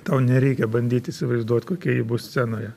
tau nereikia bandyt įsivaizduot kokia ji bus scenoje